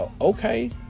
okay